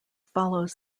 follows